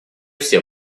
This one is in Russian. все